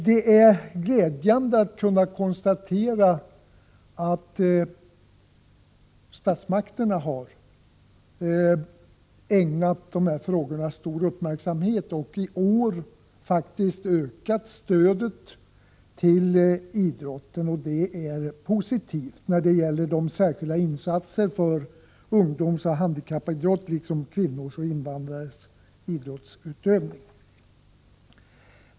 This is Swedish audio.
Det är glädjande att kunna konstatera att statsmakterna har ägnat de här frågorna stor uppmärksamhet och i år faktiskt ökat stödet till idrotten — det är positivt. Det görs särskilda insatser för ungdomsoch handikappidrott liksom för kvinnors och invandrares idrottsutövning.